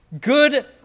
Good